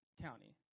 County